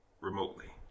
Remotely